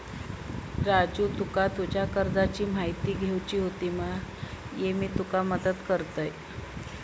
राजू तुका तुज्या कर्जाची म्हायती घेवची होती मा, ये मी तुका मदत करतय